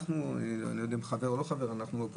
אנחנו - אני לא יודע אם חבר או לא חבר אופוזיציה.